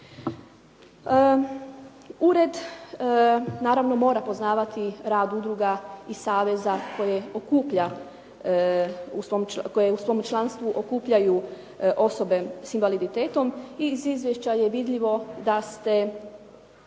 Ured naravno mora poznavati rad udruga i saveza koje u svom članstvu okupljaju osobe s invaliditetom i iz izvješća je vidljivo da ste